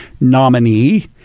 nominee